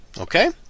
Okay